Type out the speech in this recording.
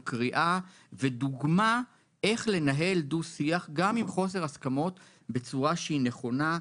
קריאה ודוגמה איך לנהל דו-שיח גם עם חוסר הסכמות בצורה שהיא נכונה,